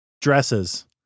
Dresses